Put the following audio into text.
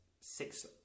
six